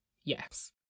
Yes